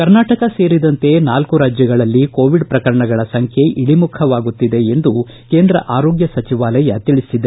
ಕರ್ನಾಟಕ ಸೇರಿದಂತೆ ನಾಲ್ಲು ರಾಜ್ಯಗಳಲ್ಲಿ ಕೋವಿಡ್ ಪ್ರಕರಣಗಳ ಸಂಖ್ಯೆ ಇಳಿಮುಖವಾಗುತ್ತಿದೆ ಎಂದು ಕೇಂದ್ರ ಆರೋಗ್ನ ಸಚವಾಲಯ ತಿಳಿಸಿದೆ